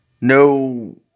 no